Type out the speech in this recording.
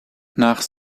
nach